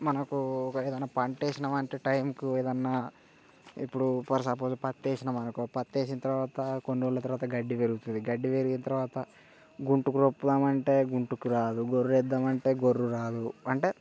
మనకు ఏదైనా పంట వేసినాం అంటే టైంకి ఏదన్నా ఇప్పుడు ఫర్ సపోసే పత్తి వేసినాం అనుకో పత్తి వేసిన తర్వాత కొన్ని రోజులు తర్వాత గడ్డి పెరుగుతుంది గడ్డి పెరిగిన తర్వాత గుంటు కూర్పుదాం అంటే గుంటుకురాదు గొర్రే వేద్దామంటే గొర్రు రాదు అంటే